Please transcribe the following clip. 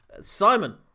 Simon